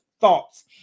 thoughts